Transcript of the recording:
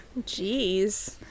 Jeez